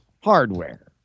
hardware